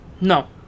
No